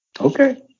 Okay